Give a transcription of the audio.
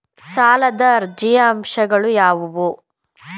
ಸಾಲದ ಅರ್ಜಿಯ ಅಂಶಗಳು ಯಾವುವು?